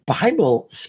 Bible